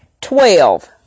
Twelve